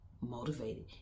motivated